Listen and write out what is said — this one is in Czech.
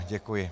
Děkuji.